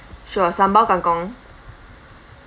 sure sambal kangkong